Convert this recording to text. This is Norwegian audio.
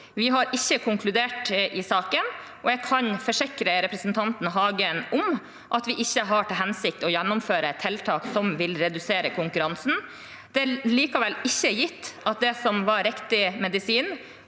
vi ikke konkludert i saken, og jeg kan forsikre representanten Hagen om at vi ikke har til hensikt å gjennomføre tiltak som vil redusere konkurransen. Det er likevel ikke gitt at det som var riktig medisin